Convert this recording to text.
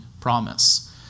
promise